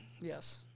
Yes